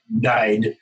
died